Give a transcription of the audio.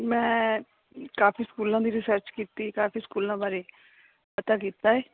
ਮੈਂ ਕਾਫ਼ੀ ਸਕੂਲਾਂ ਦੀ ਰਿਸਰਚ ਕੀਤੀ ਕਾਫ਼ੀ ਸਕੂਲਾਂ ਬਾਰੇ ਪਤਾ ਕੀਤਾ ਹੈ